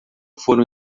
foram